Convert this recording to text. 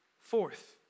Fourth